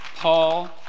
Paul